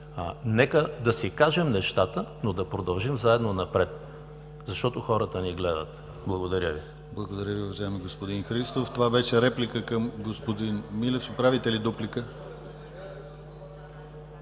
Нека да си кажем нещата, но да продължим заедно напред, защото хората ни гледат. Благодаря Ви.